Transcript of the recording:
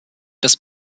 des